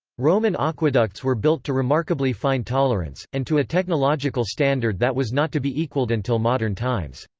roman aqueducts were built to remarkably fine tolerance, and to a technological standard that was not to be equalled until modern times.